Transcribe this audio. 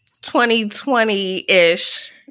2020-ish